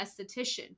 esthetician